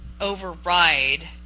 override